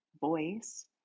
voice